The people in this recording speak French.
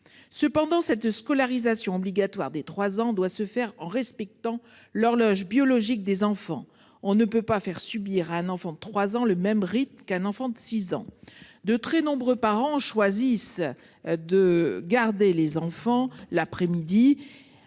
Cependant, cette scolarisation obligatoire dès 3 ans doit se faire en respectant l'horloge biologique des enfants. On ne peut pas faire subir à un enfant de 3 ans le même rythme qu'à un enfant de 6 ans. De très nombreux parents choisissent de garder leurs enfants l'après-midi